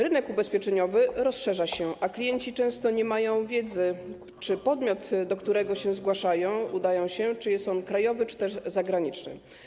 Rynek ubezpieczeniowy rozszerza się, a klienci często nie mają wiedzy, czy podmiot, do którego się zgłaszają, udają, jest krajowy czy też zagraniczny.